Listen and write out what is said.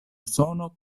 usono